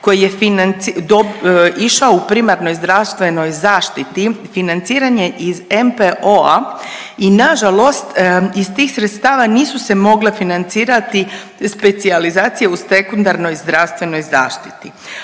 koji je išao u primarnoj zdravstvenoj zaštiti, financiranje iz NPOO.-a, i nažalost iz tih sredstava nisu se mogle financirati specijalizacije u sekundarnoj zdravstvenoj zaštiti.